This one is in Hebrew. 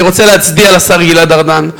אני רוצה להצדיע לשר גלעד ארדן,